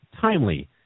timely